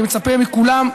אני מצפה מכולם,